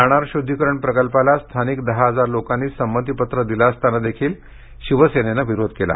नाणार शुद्धिकरण प्रकल्पाला स्थानिक दहा हजार लोकांनी संमती पत्र दिले असताना देखील शिवसेनेने विरोध केला